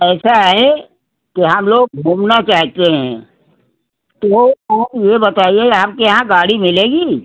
ऐसा है कि हम लोग घूमना चाहते हैं तो वो ये बताइए आपके यहाँ गाड़ी मिलेगी